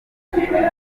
abifashijwemo